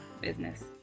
Business